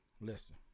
Listen